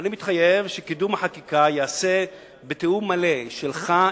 שקידום החקיקה ייעשה בתיאום מלא שלך,